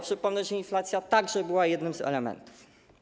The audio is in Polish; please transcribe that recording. Przypomnę, że inflacja także była jednym z elementów.